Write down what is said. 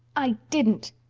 i didn't.